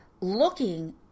looking